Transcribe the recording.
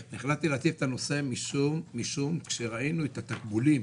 החלטתי להציף את הנושא משום שראינו את התגמולים